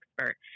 expert